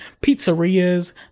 pizzerias